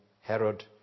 Herod